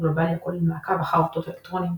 גלובלי הכולל מעקב אחר אותות אלקטרוניים,